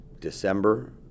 December